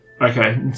Okay